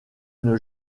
une